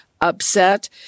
upset